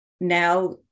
now